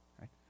Right